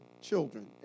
children